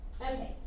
Okay